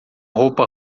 roupa